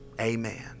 Amen